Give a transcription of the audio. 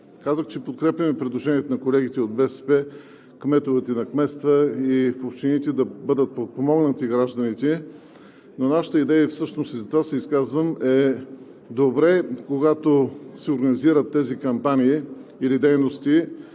Казах, че подкрепяме предложението на колегите от БСП, кметовете на кметства и в общините да бъдат подпомогнати гражданите, но нашата идея всъщност е и затова се изказвам, добре е, когато се организират тези кампании или дейности